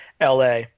LA